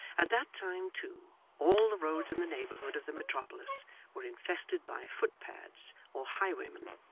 at that time, too, all the roads in the neighbourhood of the metropolis were infested by footpads or highwaymen,